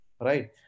right